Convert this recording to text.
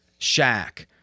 Shaq